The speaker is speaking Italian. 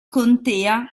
contea